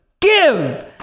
give